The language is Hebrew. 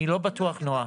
אני לא בטוח, נועה.